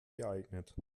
geeignet